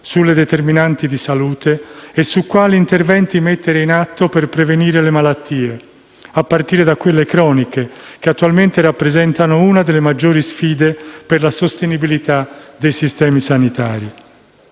sulle determinanti di salute e su quali interventi mettere in atto per prevenire le malattie, a partire da quelle croniche, che attualmente rappresentano una delle maggiori sfide per la sostenibilità dei sistemi sanitari.